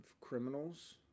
criminals